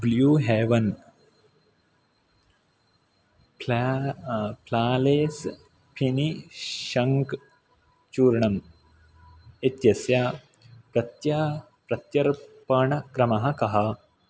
blue heaven फ़्ला flawless finishing चूर्णम् इत्यस्य प्रत्य प्रत्यर्पणक्रमः कः